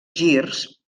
girs